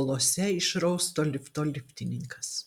uolose išrausto lifto liftininkas